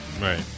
Right